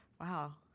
Wow